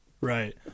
Right